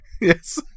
Yes